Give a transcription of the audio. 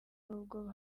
n’ubwo